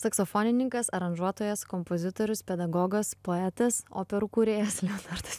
saksofonininkas aranžuotojas kompozitorius pedagogas poetas operų kūrėjas leonardas